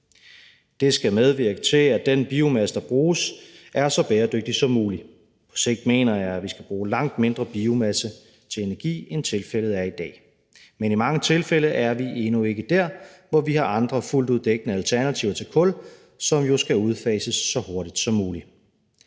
Det skal medvirke til, at den biomasse, der bruges, er så bæredygtig som muligt. På sigt mener jeg at vi skal bruge langt mindre biomasse til energi, end tilfældet er i dag. Men i mange tilfælde er vi endnu ikke der, hvor vi har andre fuldt ud dækkende alternativer til kul, som jo skal udfases så hurtigt som muligt.